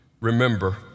remember